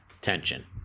tension